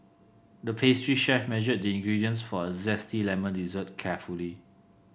the pastry chef measured the ingredients for a zesty lemon dessert carefully